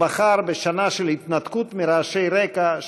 הוא בחר בשנה של התנתקות מרעשי רקע,